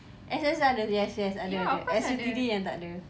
S_S ada yes yes ada ada S_U_T_D yang takde